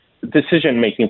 decision-making